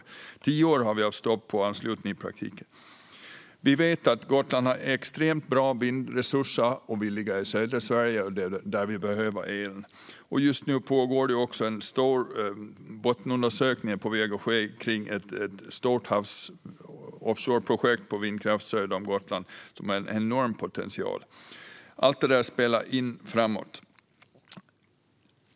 I tio år har vi i praktiken haft anslutningsstopp. Vi vet att Gotland har extremt bra vindresurser, vi ligger i södra Sverige och det är där vi behöver elen. Just nu är också en stor bottenundersökning på väg att ske kring ett stort offshoreprojekt i fråga om vindkraft söder om Gotland. Det har en enorm potential. Allt detta spelar in framöver.